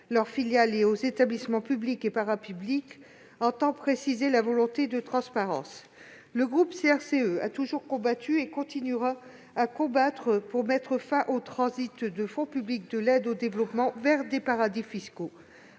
leurs filiales et les établissements publics et parapublics marquerait une volonté de transparence. Le groupe CRCE s'est toujours battu et continuera à se battre pour mettre fin au transit de fonds publics de l'aide au développement vers des paradis fiscaux.